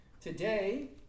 Today